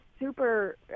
super